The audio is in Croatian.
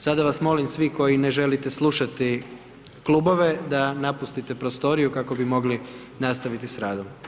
Sada vas molim svi koji ne želite slušati klubove, da napustite prostoriju, kako bi mogli nastaviti s radom.